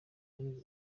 ari